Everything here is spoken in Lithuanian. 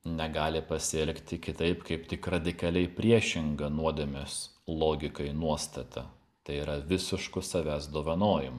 negali pasielgti kitaip kaip tik radikaliai priešinga nuodėmės logikai nuostata tai yra visišku savęs dovanojimu